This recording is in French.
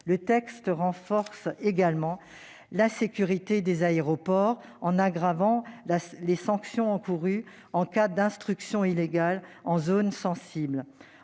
Le texte renforce également la sécurité des aéroports, en aggravant les sanctions encourues en cas d'intrusion illégale en zone sensible.